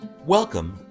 Welcome